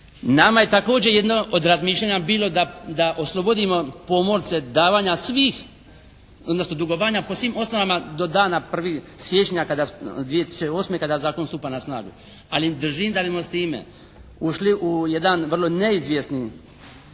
Nama je također jedno od razmišljanja bilo da oslobodimo pomorce davanja svih odnosno dugovanja po svim osnovama do dana 1. siječnja 2008. kada zakon stupa na snagu. Ali držim … /Govornik se ne razumije./ … s time ušli u jedan veoma neizvjesni